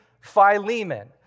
Philemon